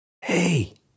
Hey